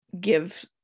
give